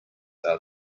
are